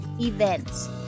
events